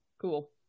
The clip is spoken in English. cool